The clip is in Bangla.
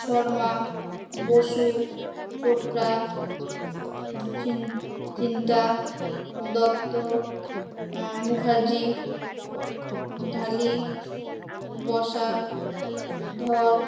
শর্মা বসু চোপড়া ঝিন চিন্টা দত্ত মুখার্জি ঢালি বসাক ধর